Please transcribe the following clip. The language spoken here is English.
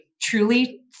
truly